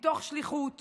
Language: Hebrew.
מתוך שליחות